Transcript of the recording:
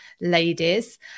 ladies